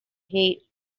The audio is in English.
heat